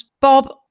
Bob